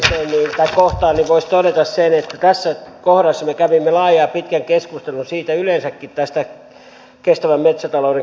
tähän lopuksi kohtaan voisi todeta sen että tässä kohdassa me kävimme laajan ja pitkän keskustelun yleensäkin tästä kestävän metsätalouden kehittämislaista